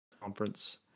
Conference